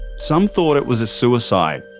some thought it was a suicide.